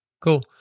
Cool